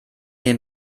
den